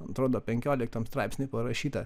atrodo penkioliktam straipsny parašyta